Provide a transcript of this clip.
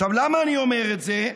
עכשיו, למה אני אומר את זה?